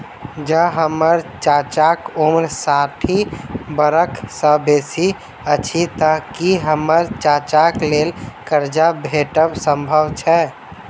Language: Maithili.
जँ हम्मर चाचाक उम्र साठि बरख सँ बेसी अछि तऽ की हम्मर चाचाक लेल करजा भेटब संभव छै?